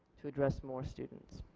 to address more students.